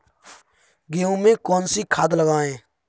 गेहूँ में कौनसी खाद लगाएँ?